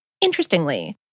Interestingly